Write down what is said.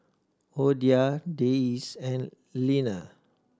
Oda Dayse and Leaner